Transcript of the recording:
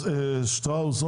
שטראוס?